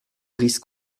brice